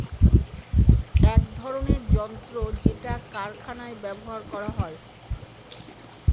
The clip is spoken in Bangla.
এক ধরনের যন্ত্র যেটা কারখানায় ব্যবহার করা হয়